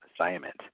assignment